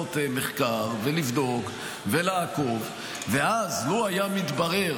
לעשות מחקר ולבדוק ולעקוב, ואז, לו היה מתברר